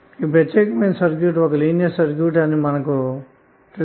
ఈ ప్రత్యేకమైన సర్క్యూట్ ఒక సరళమైన సర్క్యూట్ అని మీకు తెలుసు